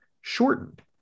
shortened